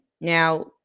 Now